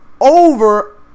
over